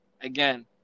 again